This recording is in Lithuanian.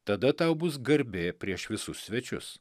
tada tau bus garbė prieš visus svečius